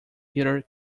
theater